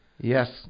Yes